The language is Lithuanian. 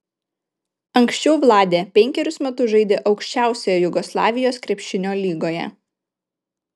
anksčiau vladė penkerius metus žaidė aukščiausioje jugoslavijos krepšinio lygoje